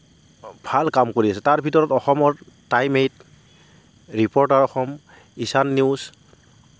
ভাল কাম কৰি আছে তাৰ ভিতৰত অসমৰ time eight reporter Assam Ishan news